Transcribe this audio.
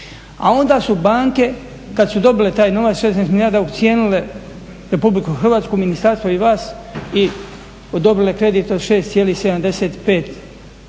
A onda su banke kada su dobile taj novac 16 milijarda ucijenile Republiku Hrvatsku, ministarstvo i vas i odobrile kredit od 6,75 čini